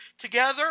together